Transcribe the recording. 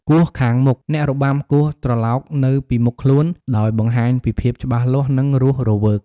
គោះខាងមុខ អ្នករបាំគោះត្រឡោកនៅពីមុខខ្លួន ដោយបង្ហាញពីភាពច្បាស់លាស់ និងរស់រវើក។